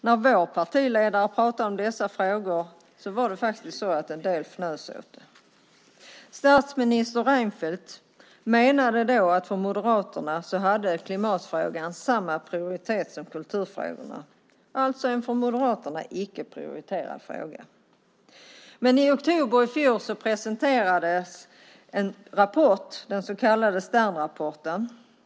När vår partiledare talade om den fnös faktiskt en del åt det. Statsminister Reinfeldt menade då att klimatfrågan för Moderaterna hade samma prioritet som kulturfrågorna, alltså en för Moderaterna icke-prioriterad fråga. I oktober i fjol presenterades så en rapport, den så kallade Sternrapporten.